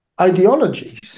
ideologies